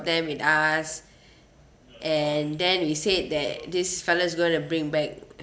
them with us and then we said that this fellow is going to bring back